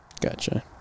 Gotcha